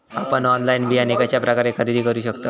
आपन ऑनलाइन बियाणे कश्या प्रकारे खरेदी करू शकतय?